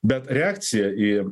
bet reakcija į